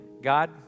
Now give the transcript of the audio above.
God